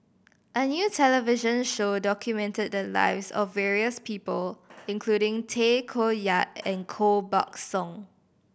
a new television show documented the lives of various people including Tay Koh Yat and Koh Buck Song